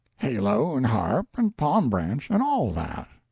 halo, and harp, and palm branch, and all that.